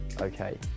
okay